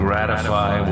Gratify